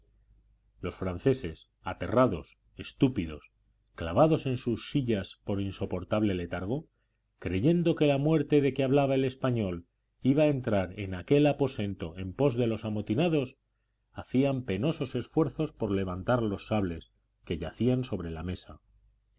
los franceses aterrados estúpidos clavados en sus sillas por insoportable letargo creyendo que la muerte de que hablaba el español iba a entrar en aquel aposento en pos de los amotinados hacían penosos esfuerzos por levantar los sables que yacían sobre la mesa